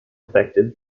affected